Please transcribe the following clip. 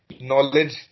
knowledge